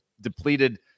depleted